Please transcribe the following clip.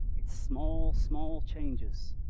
it's small, small changes.